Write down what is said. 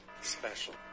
special